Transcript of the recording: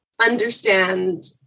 understand